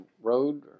road